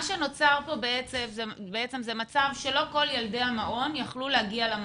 מה שנוצר כאן זה מצב שלא כל ילדי המעון יכלו להגיע למעון.